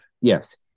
Yes